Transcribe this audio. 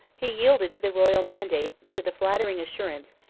he yielded to the royal mandate, to the flattering assurance,